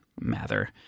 mather